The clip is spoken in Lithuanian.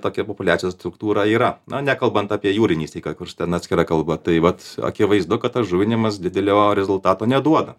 tokia populiacijos struktūra yra na nekalbant apie jūrinį syką kurs ten atskira kalba tai vat akivaizdu kad tas žuvimas didelio rezultato neduoda